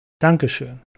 Dankeschön